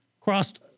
crossed